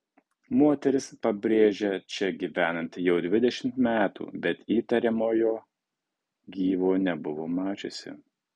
moteris pabrėžia čia gyvenanti jau dvidešimt metų bet įtariamojo gyvo nebuvo mačiusi